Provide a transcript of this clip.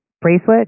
Bracelet